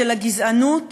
של הגזענות